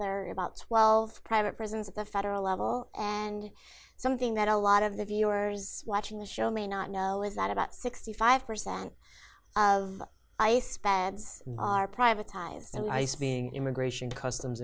are about twelve private prisons at the federal level and something that a lot of the viewers watching the show may not know is that about sixty five percent of ice bags are privatized and ice being immigration customs